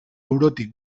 eurotik